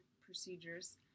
procedures